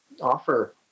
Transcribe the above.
offer